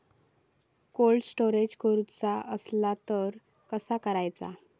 Cold storage करूचा असला तर कसा करायचा?